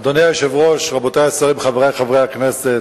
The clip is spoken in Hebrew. אדוני היושב-ראש, רבותי השרים, חברי חברי הכנסת,